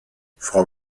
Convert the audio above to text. frau